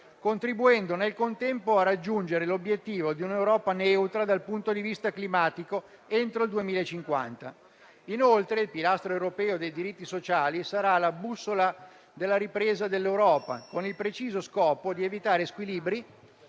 contribuendo, nel contempo, a raggiungere l'obiettivo di un'Europa neutra dal punto di vista climatico entro il 2050. Inoltre, il pilastro europeo dei diritti sociali sarà la bussola della ripresa dell'Europa, con il preciso scopo di evitare squilibri,